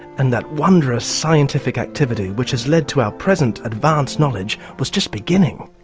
and that wondrous scientific activity which has led to our present advanced knowledge was just beginning.